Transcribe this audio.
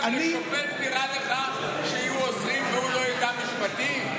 גם לשופט נראה לך שיהיו עוזרים והוא לא ידע משפטים?